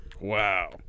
Wow